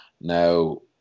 now